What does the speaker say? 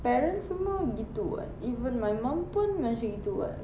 parents semua gitu [what] even my mum pun macam gitu [what]